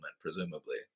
presumably